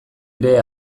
ere